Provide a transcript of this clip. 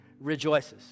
rejoices